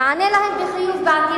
את רוצה ללכת גם לעזה?